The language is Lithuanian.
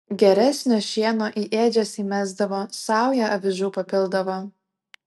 geresnio šieno į ėdžias įmesdavo saują avižų papildavo